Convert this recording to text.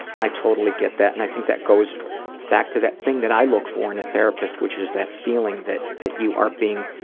i totally get that and i think that goes back to that thing that i look for in a therapist, which is that feeling that that you are being